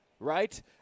Right